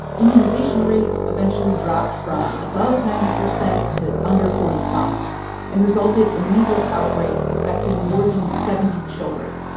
immunization rates eventually dropped from above ninety percent to under forty five and resulted in a measles outbreak affecting more than seventy children.